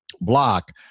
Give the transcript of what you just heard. block